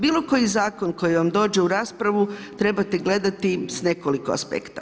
Bilo koji zakon koji vam dođe u raspravu trebate gledati s nekoliko aspekta.